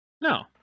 no